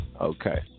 Okay